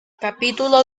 capítulo